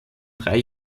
drei